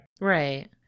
Right